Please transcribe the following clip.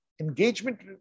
engagement